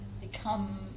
become